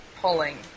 pulling